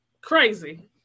Crazy